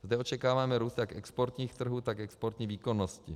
Zde očekáváme růst jak exportních trhů, tak exportní výkonnosti.